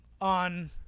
on